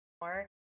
more